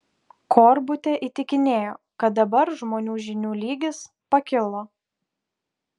korbutė įtikinėjo kad dabar žmonių žinių lygis pakilo